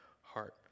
heart